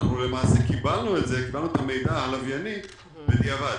אנחנו למעשה קיבלנו את המידע הלווייני בדיעבד.